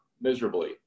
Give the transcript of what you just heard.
miserably